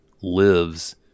lives